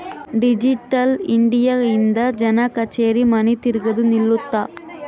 digital India ಇಂದ ಜನ ಕಛೇರಿ ಮನಿ ತಿರ್ಗದು ನಿಲ್ಲುತ್ತ